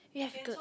we have